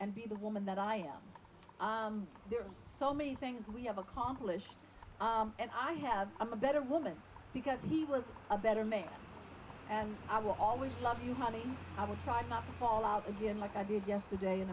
and be the woman that i am there are so many things we have accomplished and i have i'm a better woman because he was a better make and i will always love you honey i will try not to fall out again like i did yesterday and